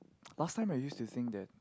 last time are you using that